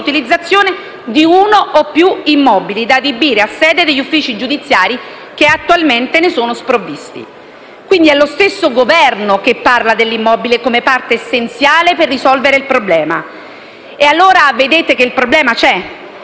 utilizzazione di uno o più immobili da adibire a sede degli uffici giudiziari che attualmente ne sono sprovvisti». Quindi è lo stesso Governo che parla dell'immobile come parte essenziale per risolvere il problema. Vedete, allora, che il problema c'è.